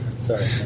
Sorry